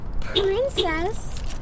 Princess